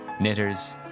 knitters